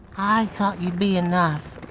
i thought you'd be enough.